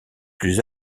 plus